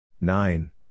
Nine